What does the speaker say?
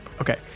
Okay